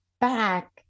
back